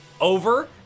over